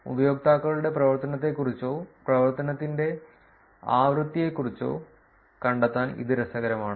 ഉപയോക്താക്കളുടെ പ്രവർത്തനത്തെക്കുറിച്ചോ പ്രവർത്തനത്തിന്റെ ആവൃത്തിയെക്കുറിച്ചോ കണ്ടെത്താൻ ഇത് രസകരമാണ്